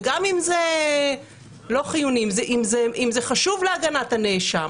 וגם אם זה חשוב להגנת הנאשם,